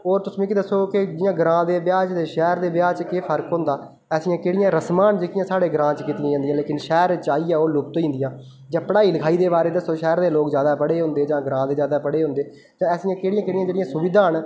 होर तुस मिगी दस्सो के जि'यां ग्रांऽ दे ब्याह् च ते शैह्र दे ब्याह् च केह् फर्क होंदा ऐसियां केह्ड़ियां रस्मां न जेह्कियां साढ़े ग्रांऽ च कीतियां जंदियां न लेकिन शैह्र च आइयै ओह् लुप्त होई जंदियां जां पढ़ाई लिखाई दे बारे च दस्सो शैह्र दे लोक जादा पढ़े दे होंदे जां ग्रांऽ दे जादा पढ़े दे होंदे ते ऐसियां केह्ड़ियां केह्ड़ियां जेह्ड़ियां सुविधां न